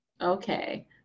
Okay